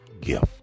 gift